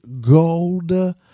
gold